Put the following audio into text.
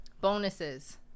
bonuses